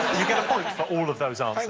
you get a point for all of those um